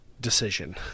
decision